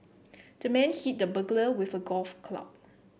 the man hit the burglar with a golf club